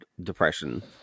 depression